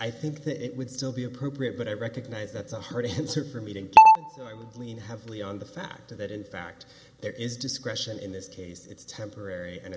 i think that it would still be appropriate but i recognize that's a hard to answer for meeting so i would lean heavily on the fact that in fact there is discretion in this case it's temporary and